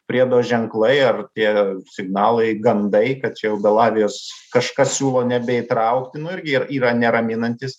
priedo ženklai ar tie signalai gandai kad čia jau belavijos kažkas siūlo nebeįtraukti nu irgi ir yra neraminantys